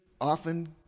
often